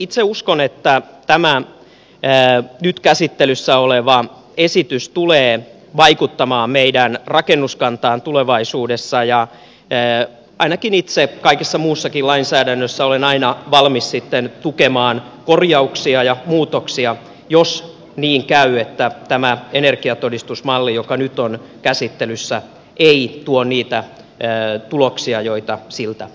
itse uskon että tämä nyt käsittelyssä oleva esitys tulee vaikuttamaan meidän rakennuskantaan tulevaisuudessa ja ainakin itse kaikessa muussakin lainsäädännössä olen aina valmis sitten tukemaan korjauksia ja muutoksia jos niin käy että tämä energiatodistusmalli joka nyt on käsittelyssä ei tuo niitä tuloksia joita siltä odotetaan